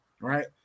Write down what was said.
right